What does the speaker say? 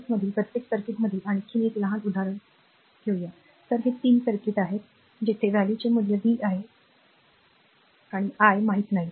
6 मधील प्रत्येक सर्किटमधील आणखी एक लहान उदाहरण बरोबर तर हे 3 सर्किट आहेत जेथे व्हॅल्यूचे मूल्य v आहे किंवा i माहित नाही